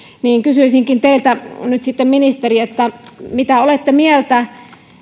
kysyisinkin nyt sitten teiltä ministeri mitä olette mieltä